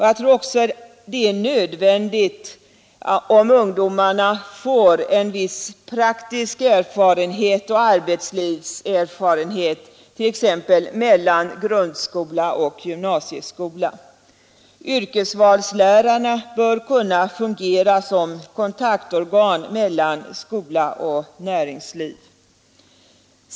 Jag tror också det är nödvändigt att ungdomarna får en viss praktisk arbetslivserfarenhet t.ex. mellan grundskola och gymnasieskola. Yrkesvalslärarna bör kunna fungera som kontaktorgan mellan skola och näringsliv.